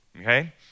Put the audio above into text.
okay